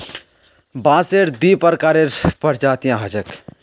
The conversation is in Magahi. बांसेर दी प्रकारेर प्रजातियां ह छेक